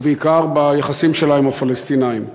ובעיקר ליחסים שלה עם הפלסטינים.